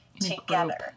together